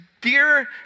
Dear